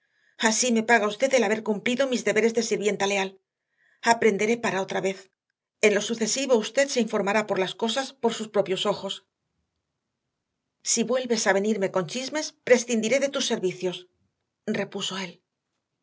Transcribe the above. así me paga usted el haber cumplido mis deberes de sirvienta leal aprenderé para otra vez en lo sucesivo usted se informará de las cosas por sus propios ojos si vuelves a venirme con chismes prescindiré de tus servicios repuso él